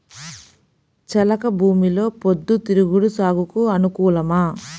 చెలక భూమిలో పొద్దు తిరుగుడు సాగుకు అనుకూలమా?